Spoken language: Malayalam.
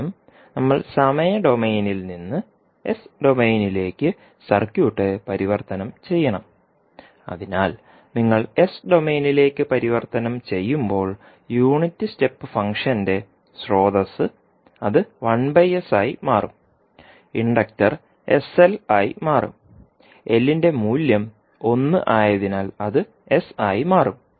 ആദ്യം നമ്മൾ സമയ ഡൊമെയ്നിൽ നിന്ന് എസ് ഡൊമെയ്നിലേക്ക് സർക്യൂട്ട് പരിവർത്തനം ചെയ്യണം അതിനാൽ നിങ്ങൾ എസ് ഡൊമെയ്നിലേക്ക് പരിവർത്തനം ചെയ്യുമ്പോൾ യൂണിറ്റ് സ്റ്റെപ്പ് ഫംഗ്ഷന്റെ സ്രോതസ്സ് അത് ആയി മാറും ഇൻഡക്റ്റർ sL ആയി മാറും L മൂല്യം 1 ആയതിനാൽ അത് s ആയി മാറും